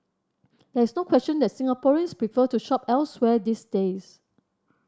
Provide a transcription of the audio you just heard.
there is no question that Singaporeans prefer to shop elsewhere these days